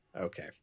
Okay